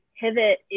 pivot